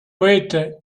waiter